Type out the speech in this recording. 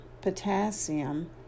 potassium